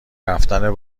رفتن